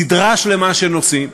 סדרה שלמה של נושאים,